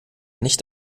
nicht